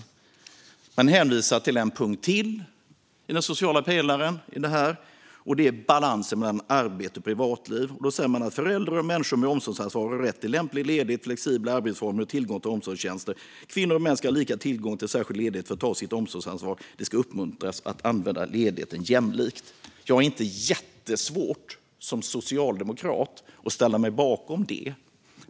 I den sociala pelaren hänvisas till en punkt till, och det är balansen mellan arbete och privatliv. Det står att föräldrar och människor med omsorgsansvar har rätt till lämplig ledighet, flexibla arbetsformer och tillgång till omsorgstjänster. Kvinnor och män ska ha lika tillgång till särskild ledighet för att ta sitt omsorgsansvar. Det ska uppmuntras att använda ledigheten jämlikt. Jag har som socialdemokrat inte jättesvårt att ställa mig bakom det.